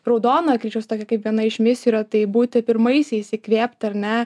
raudonojo kryžiaus tokia kaip viena iš misijų yra tai būti pirmaisiais įkvėpti ar ne